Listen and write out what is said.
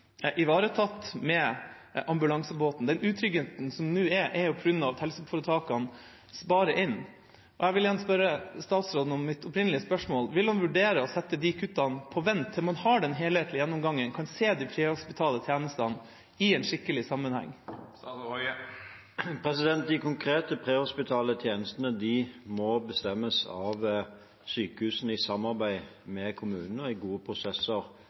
ivaretatt med ambulansebåten. Den utryggheten som nå er, er på grunn av helseforetakenes innsparing. Jeg vil igjen stille statsråden mitt opprinnelige spørsmål: Vil han vurdere å sette de kuttene på vent til man har den helhetlige gjennomgangen og kan se de prehospitale tjenestene i en skikkelig sammenheng? De konkrete prehospitale tjenestene må bestemmes av sykehusene i samarbeid med kommunene og i gode prosesser